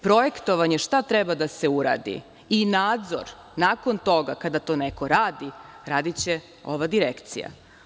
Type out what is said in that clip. Projektovanje šta treba da se uradi i nadzor nakon toga kada to neko radi radiće ova Direkcija.